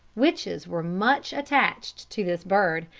witches were much attached to this bird,